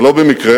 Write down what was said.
ולא במקרה